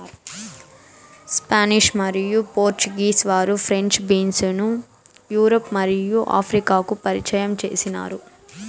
Spanish మరియు Portuguese వారు French beans ను యూరప్ మరియు ఆఫ్రికాకు పరిచయం చేసినారు